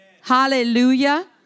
hallelujah